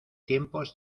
tiempos